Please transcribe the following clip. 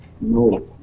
No